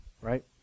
Right